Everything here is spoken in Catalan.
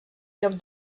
lloc